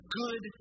good